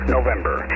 November